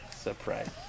surprise